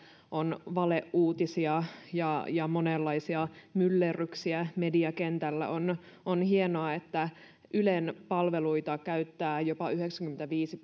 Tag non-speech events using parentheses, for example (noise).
on valeuutisia ja ja monenlaisia myllerryksiä mediakentällä niin on hienoa että ylen palveluita käyttää jopa yhdeksänkymmentäviisi (unintelligible)